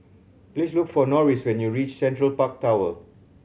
please look for Norris when you reach Central Park Tower